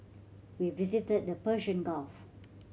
we visited the Persian Gulf